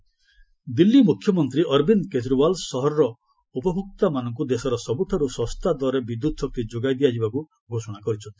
Kejriwal electricity Delhi ମୁଖ୍ୟମନ୍ତ୍ରୀ ଅରବିନ୍ଦ କେଜରିୱାଲ୍ ସହରର ଉପଭୋକ୍ତାମାନକୁ ଦେଶର ସବୁଠାରୁ ଶସ୍ତା ଦରରେ ବିଦ୍ୟୁତ୍ ଶକ୍ତି ଯୋଗାଇ ଦିଆଯିବକୁ ଘୋଷଣା କରିଛନ୍ତି